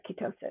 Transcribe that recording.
ketosis